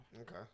Okay